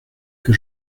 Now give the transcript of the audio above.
que